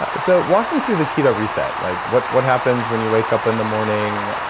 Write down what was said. ah so walk me through the keto reset like what what happens when you wake up in the morning?